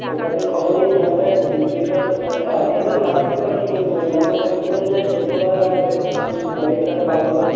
ওটাতে খবর নিয়েছিলাম দেখ বিসিএটা ওটাতে আশি হাজার লাগছে তো আর কি বলবো অন্যান্য কলেজ হলে নয় সত্তর হাজার লাগবে কিন্তু কলেজটা তো ভালো হবে না